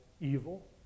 evil